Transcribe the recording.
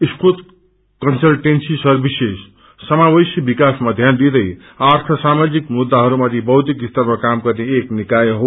स्कोय consultancy services समावेशी विकासमा ध्यान दिदै आर्थ सामाजिक मुद्दाहरूमाथि बौद्धिक स्तरमा काम गर्ने एक निकाय हो